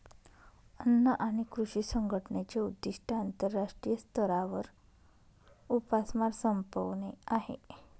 अन्न आणि कृषी संघटनेचे उद्दिष्ट आंतरराष्ट्रीय स्तरावर उपासमार संपवणे आहे